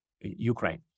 Ukraine